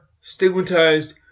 stigmatized